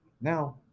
Now